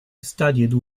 studied